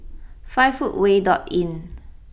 five footway dot Inn